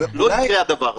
לא יקרה הדבר הזה.